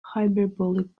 hyperbolic